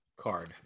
card